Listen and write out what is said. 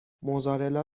موزارلا